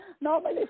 Normally